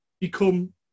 become